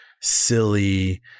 silly